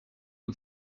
who